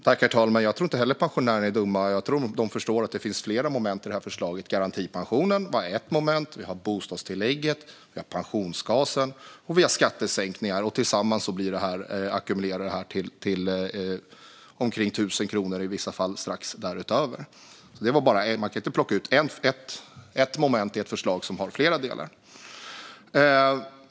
Herr talman! Jag tror inte heller att pensionärerna är dumma. Jag tror att de förstår att det finns flera delar i vårt förslag. Garantipensionen är en del, bostadstillägget en annan, pensionsgasen en tredje och skattesänkningar en fjärde. Tillsammans blir detta omkring 1 000 kronor och i vissa fall strax däröver. Man kan inte bara plocka ut en del i ett förslag som har flera delar.